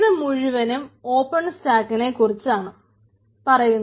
ഇത് മുഴുവനും ഓപ്പൺ സ്റ്റാക്കിന്നെ കുറിച്ചാണ് പറയുന്നത്